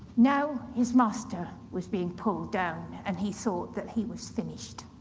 now his master was being pulled down and he thought that he was finished.